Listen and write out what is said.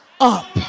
up